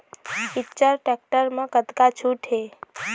Eicher tractor म कतका छूट हे?